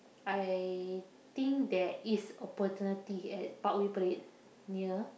I think there is opportunity at Parkway-Parade near